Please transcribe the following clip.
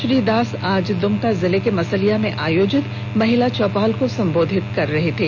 श्री दास आज दुमका जिले के मसलिया में आयोजित महिला चौपाल को सम्बोधित कर रहे थे